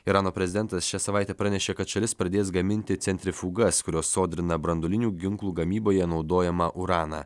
irano prezidentas šią savaitę pranešė kad šalis pradės gaminti centrifugas kurios sodrina branduolinių ginklų gamyboje naudojamą uraną